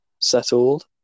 settled